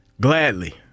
Gladly